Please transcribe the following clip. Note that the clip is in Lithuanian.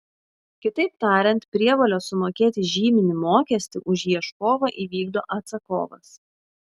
kitaip tariant prievolę sumokėti žyminį mokestį už ieškovą įvykdo atsakovas